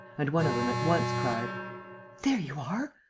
and one of them at once cried there you are!